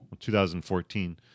2014